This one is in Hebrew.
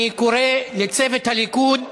אני קורא לצוות הליכוד,